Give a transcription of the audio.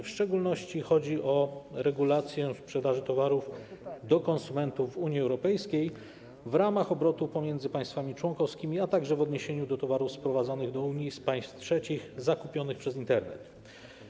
W szczególności chodzi o regulację sprzedaży towarów konsumentom w Unii Europejskiej w ramach obrotu pomiędzy państwami członkowskimi, a także w odniesieniu do towarów sprowadzanych do Unii z państw trzecich zakupionych przez Internet.